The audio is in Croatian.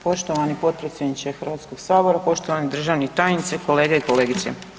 Poštovani potpredsjedniče Hrvatskog sabora, poštovani državni tajniče, kolege i kolegice.